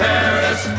Paris